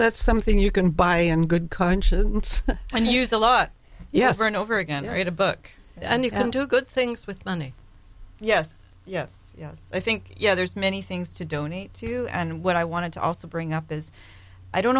that's something you can buy in good conscience and use a lot yes and over again write a book and you can do good things with money yes yes yes i think yeah there's many things to donate to and what i wanted to also bring up is i don't